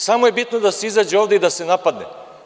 Samo je bitno da se izađe ovde i da se napadne.